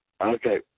Okay